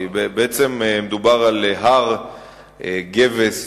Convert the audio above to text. כי בעצם מדובר על "הר גבס"